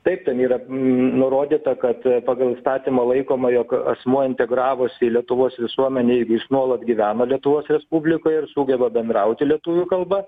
taip ten yra nurodyta kad pagal įstatymą laikoma jog asmuo integravosi į lietuvos visuomenę jeigu jis nuolat gyvena lietuvos respublikoj ir sugeba bendrauti lietuvių kalba